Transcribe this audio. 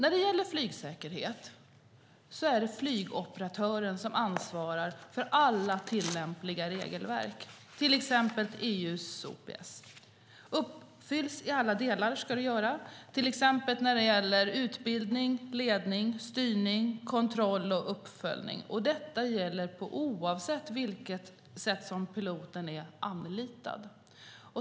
Beträffande flygsäkerhet är det flygoperatören som ansvarar för alla tillämpliga regelverk, exempelvis EU-OPS. De ska uppfyllas i alla delar, till exempel utbildning, ledning, styrning, kontroll och uppföljning. Detta gäller oavsett hur piloten är anlitad.